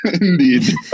indeed